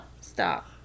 Stop